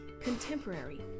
contemporary